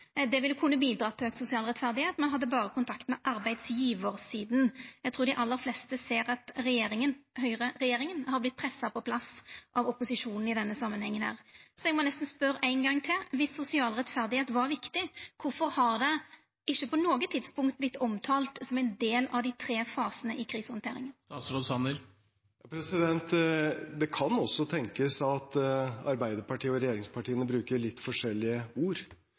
Det ville ha kunna bidrege til auka sosial rettferd. Ein hadde berre kontakt med arbeidsgjevarsida. Eg trur dei aller fleste ser at regjeringa – høgreregjeringa – har vorte pressa på plass av opposisjonen i denne samanhengen her. Så eg må nesten spørja ein gong til: Viss sosial rettferd var viktig, kvifor har det ikkje på noko tidspunkt vorte omtalt som ein del av dei tre fasane i krisehandteringa? Det kan også tenkes at Arbeiderpartiet og regjeringspartiene bruker litt forskjellige ord